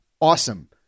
awesome